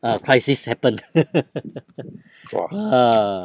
uh crisis happened ha